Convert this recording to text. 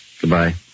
Goodbye